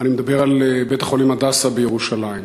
אני מדבר על בית-החולים "הדסה" בירושלים.